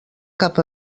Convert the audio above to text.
cap